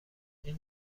این